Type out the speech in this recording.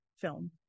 film